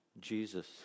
Jesus